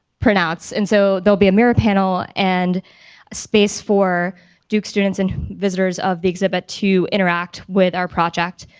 printouts. and so there'll be a mural panel and a space for duke students and visitors of the exhibit to interact with our project.